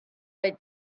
ready